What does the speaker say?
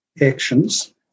actions